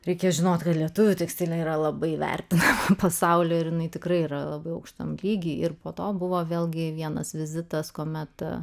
reikia žinot kad lietuvių tekstilė yra labai vertina pasaulį ir jinai tikrai yra labai aukštam lygyje ir po to buvo vėlgi vienas vizitas kometa